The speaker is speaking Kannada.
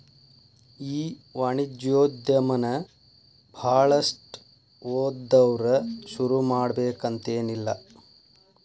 ಈ ವಾಣಿಜ್ಯೊದಮನ ಭಾಳಷ್ಟ್ ಓದ್ದವ್ರ ಶುರುಮಾಡ್ಬೆಕಂತೆನಿಲ್ಲಾ